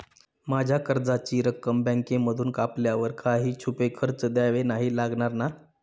माझ्या कर्जाची रक्कम बँकेमधून कापल्यावर काही छुपे खर्च द्यावे नाही लागणार ना?